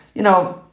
you know,